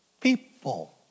people